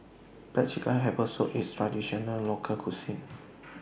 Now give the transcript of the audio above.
Black Chicken Herbal Soup IS A Traditional Local Cuisine